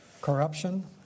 corruption